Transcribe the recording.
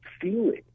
feeling